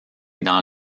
dans